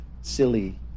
silly